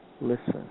Listen